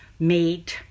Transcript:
made